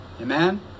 Amen